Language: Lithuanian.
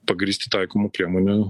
pagrįsti taikomų priemonių